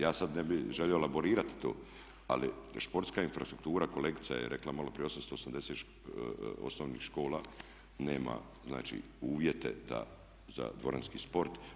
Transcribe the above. Ja sad ne bih želio elaborirati to ali športska infrastruktura, kolegica je rekla maloprije, 880 osnovnih škola nema uvjete za dvoranski sport.